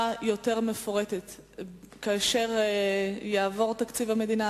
מפורטת יותר כאשר יעבור תקציב המדינה,